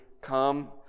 come